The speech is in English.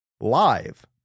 live